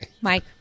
Mike